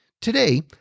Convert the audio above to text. Today